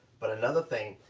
but another thing,